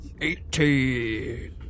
Eighteen